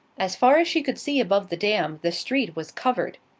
as far as she could see above the dam the street was covered.